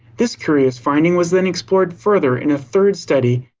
this curious finding was then explored further in a third study,